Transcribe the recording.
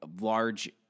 large